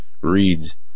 reads